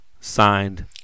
Signed